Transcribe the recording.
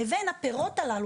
לבין הפירות הללו.